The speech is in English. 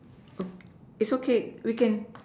oak it's okay we can